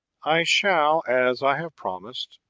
i shall, as i have promised,